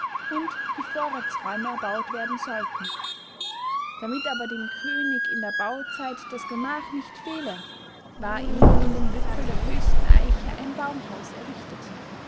und die vorratsräume erbaut werden sollten damit aber dem könig in der bauzeit das gemach nicht fehle war ihm in dem wipfel der höchsten eiche ein baumhaus errichtet